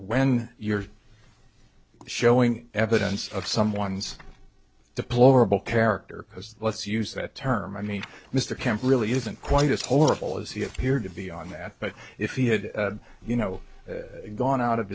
when you're showing evidence of someone's deplorable character let's use that term i mean mr kemp really isn't quite as horrible as he appeared to be on that but if he had you know gone out of